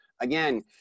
Again